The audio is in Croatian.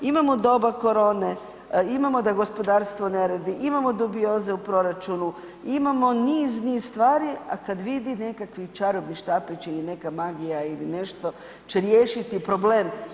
Imamo doba korone, imamo da gospodarstvo ne radi, imamo dubioze u proračunu, imamo niz, niz stvari, a kad vidi nekakvi čarobni štapić ili neka magija ili nešto će riješiti problem.